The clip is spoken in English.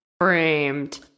Framed